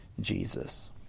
Jesus